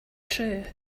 true